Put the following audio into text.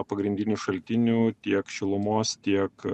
pagrindinių šaltinių tiek šilumos tiek